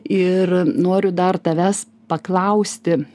ir noriu dar tavęs paklausti